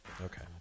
Okay